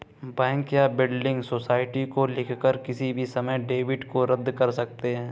bank या building society को लिखकर किसी भी समय डेबिट को रद्द कर सकते हैं